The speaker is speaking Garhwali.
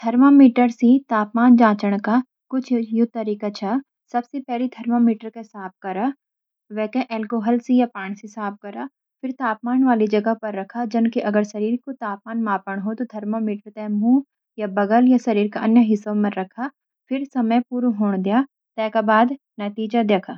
थर्मामीटर को साफ करा– सबसे पहले थर्मामीटर को साफ पानी या अल्कोहल से साफ करा। तापमान मापण वाली जगह पर रखो – अगर शरीर का तापमान मापण हो, तो थर्मामीटर को मुँह, बगल या शरीर के अन्य हिस्से में रखा। ते का बाद समय पुरु हों न दया फिर नतीजा देखा।